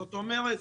זאת אומרת,